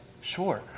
Sure